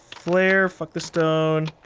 flare, fuck the stone.